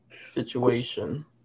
situation